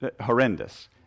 horrendous